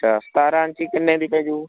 ਅੱਛਾ ਸਤਾਰਾਂ ਇੰਚੀ ਕਿੰਨੇ ਦੀ ਪੈ ਜੂ